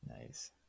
nice